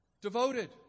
devoted